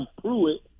Pruitt